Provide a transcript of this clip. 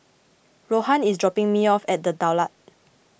Rohan is dropping me off at the Daulat